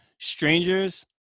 Strangers